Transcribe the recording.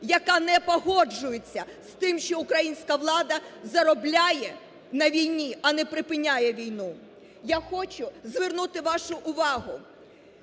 яка не погоджується з тим, що українська влада заробляє на війні, а не припиняє війну. Я хочу звернути вашу увагу